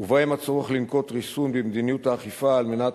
ובהם הצורך לנקוט ריסון במדיניות האכיפה על מנת